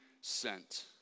sent